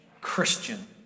Christian